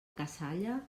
cassalla